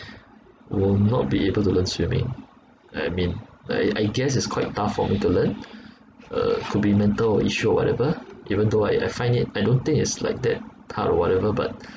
will not be able to learn swimming I mean I I guess it's quite tough for me to learn uh could be mental issue or whatever even though I I find it I don't think it's like that hard or whatever but